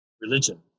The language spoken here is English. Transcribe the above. religion